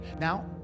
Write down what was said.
Now